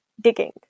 digging